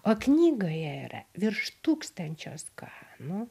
o knygoje yra virš tūkstančio skanų